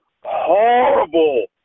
horrible